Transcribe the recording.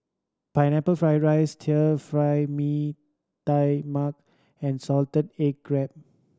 Pineapple Fried rice Stir Fry Mee Tai Mak and salted egg crab